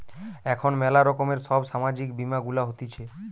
এখন ম্যালা রকমের সব সামাজিক বীমা গুলা হতিছে